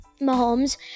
Mahomes